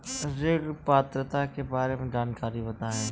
ऋण पात्रता के बारे में जानकारी बताएँ?